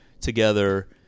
together